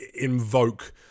invoke